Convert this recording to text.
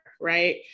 Right